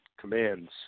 commands